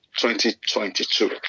2022